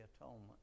atonement